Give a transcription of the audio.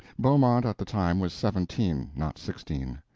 beaumont at the time was seventeen, not sixteen.